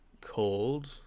called